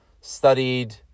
studied